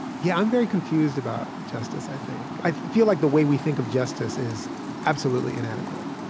yeah i'm very confused about justice, i think. i feel like the way we think of justice is absolutely inadequate,